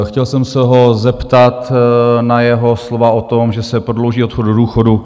Chtěl jsem se ho zeptat na jeho slova o tom, že se prodlouží odchod do důchodu.